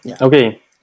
okay